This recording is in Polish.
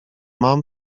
mam